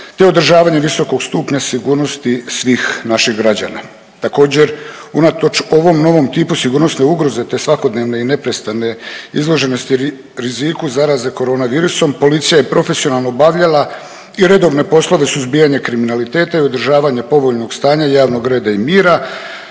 te održavanje visokog stupnja sigurnosti svih naših građana. Također, unatoč ovom novom tipu sigurnosne ugroze te svakodnevne i neprestane izloženosti riziku zaraze koronavirusom, policija je profesionalno obavljala i redovne poslove suzbijanja kriminaliteta i održavanja povoljnog stanja javnog reda i mira,